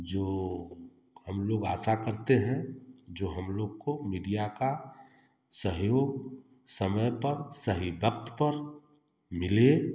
जो हम लोग आशा करते हैं जो हम लोग को मीडिया का सहयोग समय पर सही वक्त पर मिले